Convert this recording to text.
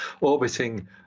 orbiting